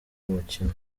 mukino